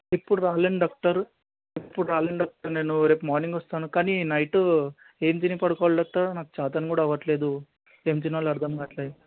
ఇప్పుడు రాలేను డాక్టర్ ఇప్పుడు రాలేను డాక్టర్ నేను రేపు మార్నింగ్ వస్తాను కానీ నైట్ ఏం తిని పడుకోవాలి డాక్టర్ నాకు చేత కూడా అవట్లేదు ఏమి తినాలో అర్ధం కావట్లేదు